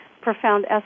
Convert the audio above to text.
profound